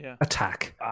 attack